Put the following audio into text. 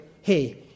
hey